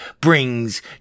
brings